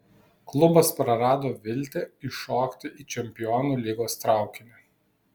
klubas prarado viltį įšokti į čempionų lygos traukinį